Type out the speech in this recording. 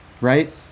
right